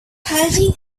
hiding